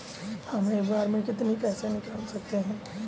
हम एक बार में कितनी पैसे निकाल सकते हैं?